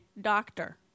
doctor